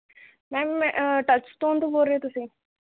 ma'am ਮੈਂ touch stone ਤੋਂ ਬੋਲ ਰਹੇ ਹੋ ਤੁਸੀਂ